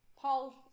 Paul